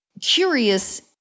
curious